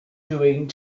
doing